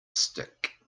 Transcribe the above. stick